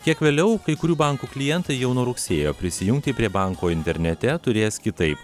kiek vėliau kai kurių bankų klientai jau nuo rugsėjo prisijungti prie banko internete turės kitaip